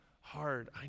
hard